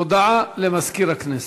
הודעה לסגן מזכירת הכנסת.